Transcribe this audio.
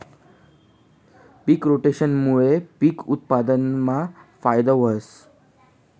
पिक रोटेशनमूये पिक उत्पादनमा फायदा व्हस